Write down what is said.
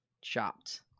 Chopped